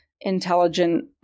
intelligent